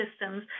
systems